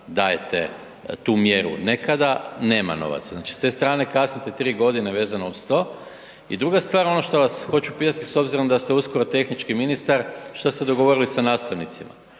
dajete tu mjeru, ne kada nema novaca. Znači s te strane kasnite tri godine vezano uz to. I druga stvar ono što vas hoću pitati, s obzirom da ste uskoro tehnički ministar, što ste dogovorili s nastavnicima?